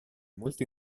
molto